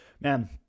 man